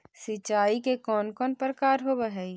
सिंचाई के कौन कौन प्रकार होव हइ?